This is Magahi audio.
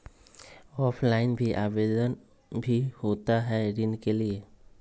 ऑफलाइन भी आवेदन भी होता है ऋण के लिए?